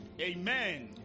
Amen